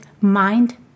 mind